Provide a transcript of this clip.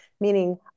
meaning